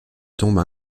tombes